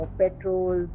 petrol